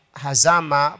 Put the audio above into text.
hazama